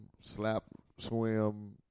slap-swim